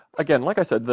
again, like i said,